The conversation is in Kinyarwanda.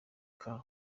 car